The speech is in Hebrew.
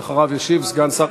ואחריו ישיב סגן שר,